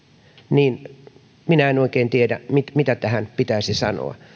niin minä en oikein tiedä mitä mitä tähän pitäisi sanoa